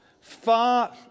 far